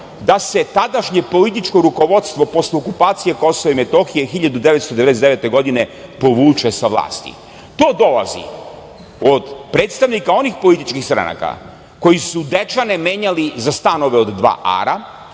da se tadašnje političko rukovodstvo posle okupacije Kosova i Metohije 1999. godine povuče sa vlasti. To dolazi od predstavnika onih političkih stranaka koje su Dečane menjali za stanove od dva ara.